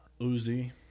Uzi